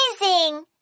amazing